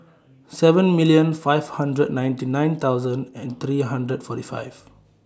seven million five hundred ninety nine thousand and three hundred forty five